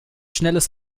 schnelles